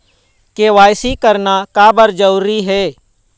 KYC करना का बर जरूरी हे?